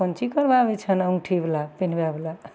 कोन चीज करबाबय छन्हि अँगूठीवला पहनबयवला